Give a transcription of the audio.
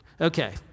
okay